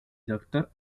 doctor